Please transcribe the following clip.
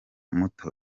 muto